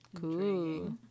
cool